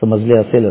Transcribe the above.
समजले असेल